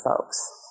folks